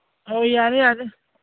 ꯑꯧ ꯌꯥꯔꯦ ꯌꯥꯔꯦ